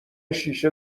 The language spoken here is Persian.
شیشه